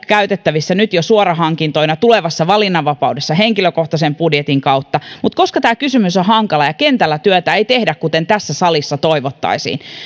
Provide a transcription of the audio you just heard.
käytettävissä nyt jo suorahankintoina tulevassa valinnanvapaudessa henkilökohtaisen budjetin kautta mutta koska tämä kysymys on hankala ja kentällä työtä ei tehdä kuten tässä salissa toivottaisiin